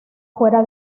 fuera